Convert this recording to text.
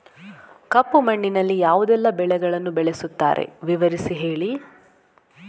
ಕಪ್ಪು ಮಣ್ಣಿನಲ್ಲಿ ಯಾವುದೆಲ್ಲ ಬೆಳೆಗಳನ್ನು ಬೆಳೆಸುತ್ತಾರೆ ವಿವರಿಸಿ ಹೇಳಿ